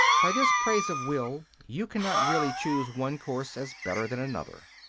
by this praise of will you cannot really choose one course as better than another.